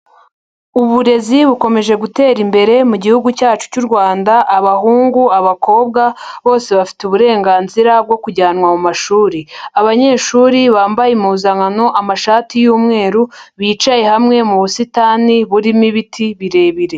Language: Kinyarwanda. Uburezi bukomeje gutera imbere mu gihugu cyacu cy'u Rwanda, abahungu, abakobwa bose bafite uburenganzira bwo kujyanwa mu mashuri, abanyeshuri bambaye impuzankano amashati y'umweru, bicaye hamwe mu busitani burimo ibiti birebire.